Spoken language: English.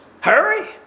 Hurry